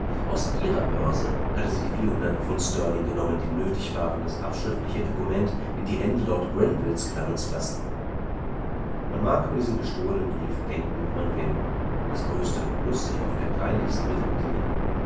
aus ihrer börse hatte sie die st genommen die nötig waren das abschriftliche dokument in die hände lord grenvilles gelangen zu lassen man mag über diesen gestohlenen brief denken wie man will das größte muß sich oft der kleinlichsten mittel bedienen